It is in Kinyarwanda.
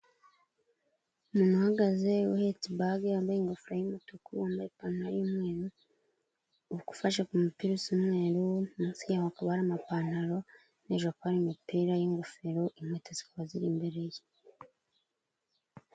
Umuntu uhagaze uhetse ibage wambaye ingofero y'umutuku, wambaye ipantaro y'umweru, ufashe ku mupira usa umweru, munsi yaho hakaba hari amapantaro, no hejuru hari imipira y'ingofero, inkweto zikaba ziri imbere ye.